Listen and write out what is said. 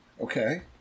Okay